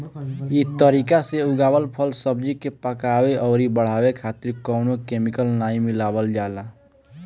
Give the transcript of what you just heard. इ तरीका से उगावल फल, सब्जी के पकावे अउरी बढ़ावे खातिर कवनो केमिकल नाइ मिलावल जाला